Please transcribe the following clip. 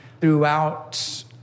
throughout